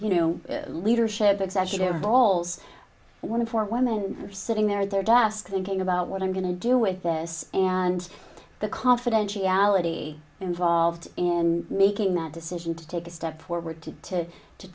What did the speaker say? you know leadership executive balls one of four women sitting there at their desk thinking about what i'm going to do with this and the confidentiality involved in making that decision to take a step forward to t